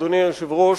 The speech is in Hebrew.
אדוני היושב-ראש,